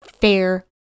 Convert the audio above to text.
fair